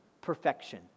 perfection